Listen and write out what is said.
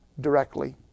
directly